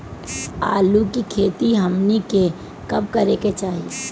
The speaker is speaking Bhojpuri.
आलू की खेती हमनी के कब करें के चाही?